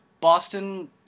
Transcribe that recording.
Boston